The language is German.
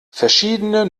verschiedene